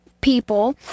people